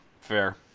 Fair